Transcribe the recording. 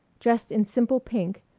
dressed in simple pink,